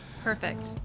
Perfect